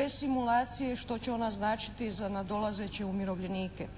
bez simulacije što će ona značiti za nadolazeće umirovljenika.